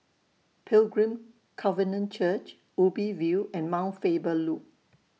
Pilgrim Covenant Church Ubi View and Mount Faber Loop